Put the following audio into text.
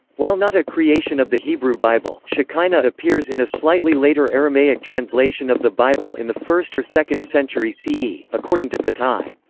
while not a creation of the hebrew bible, shekinah appears in a slightly later aramaic translation of the bible in the first or second century c e, according to patai.